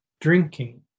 drinking